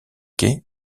quai